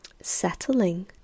settling